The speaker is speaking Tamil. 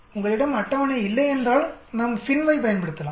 உங்களிடம் அட்டவணை இல்லையென்றால் நாம் FINV ஐப் பயன்படுத்தலாம்